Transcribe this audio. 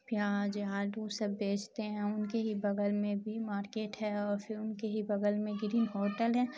پیاز آلو سب بیچتے ہیں ان کے ہی بغل میں بھی مارکیٹ ہے اور پھر ان کے ہی بغل میں گرین ہوٹل ہے